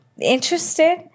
interested